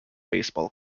baseball